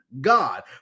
God